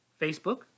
Facebook